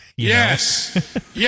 Yes